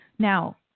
Now